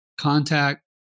contact